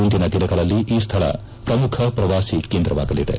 ಮುಂದಿನ ದಿನಗಳಲ್ಲಿ ಈ ಸ್ಥಳ ಪ್ರಮುಖ ಪ್ರವಾಸಿ ಕೇಂದ್ರವಾಗಲಿದೆ